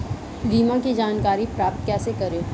बीमा की जानकारी प्राप्त कैसे करें?